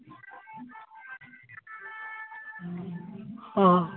ᱦᱚᱸ